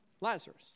Lazarus